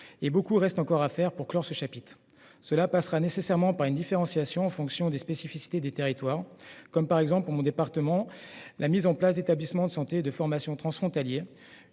et beaucoup reste encore à faire pour clore ce chapitre. Cela passera nécessairement par une différenciation en fonction des spécificités des territoires, par exemple, pour mon département, la mise en place d'établissements de santé et de formation transfrontaliers,